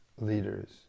leaders